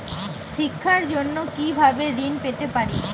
শিক্ষার জন্য কি ভাবে ঋণ পেতে পারি?